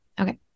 Okay